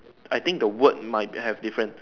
I think the word might have different